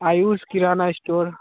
Ayush Kinara store